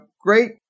great